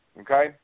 okay